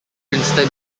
princeton